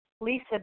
Lisa